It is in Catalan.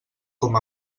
com